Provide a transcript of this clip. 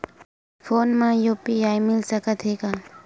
Phone मा UPI मिल सकत हे का?